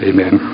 Amen